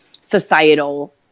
societal